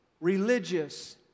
religious